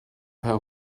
per